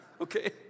okay